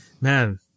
man